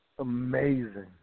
amazing